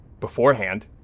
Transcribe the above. beforehand